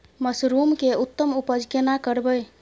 Mushroom के उत्तम उपज केना करबै?